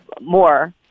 more